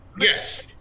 yes